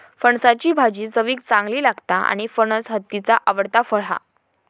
फणसाची भाजी चवीक चांगली लागता आणि फणस हत्तीचा आवडता फळ हा